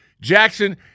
Jackson